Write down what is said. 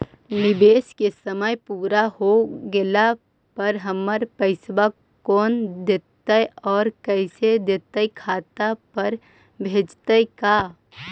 निवेश के समय पुरा हो गेला पर हमर पैसबा कोन देतै और कैसे देतै खाता पर भेजतै का?